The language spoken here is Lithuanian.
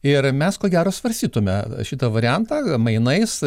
ir mes ko gero svarstytume šitą variantą mainais